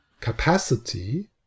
capacity